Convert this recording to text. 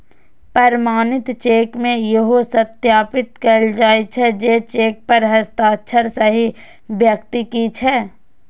प्रमाणित चेक मे इहो सत्यापित कैल जाइ छै, जे चेक पर हस्ताक्षर सही व्यक्ति के छियै